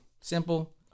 simple